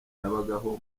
yabagaho